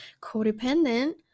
codependent